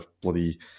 bloody